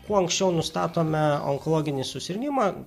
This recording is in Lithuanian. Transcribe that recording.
kuo anksčiau nustatome onkologinį susirgimą